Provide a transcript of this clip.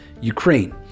Ukraine